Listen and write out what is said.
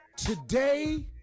Today